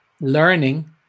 learning